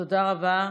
תודה רבה.